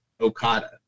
Okada